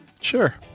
Sure